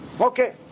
Okay